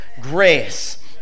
Grace